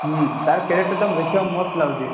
ହୁଁ ତା'ର କ୍ୟାରେକ୍ଟର୍ଟା ଦେଖିବାକୁ ମସ୍ତ୍ ଲାଗୁଛି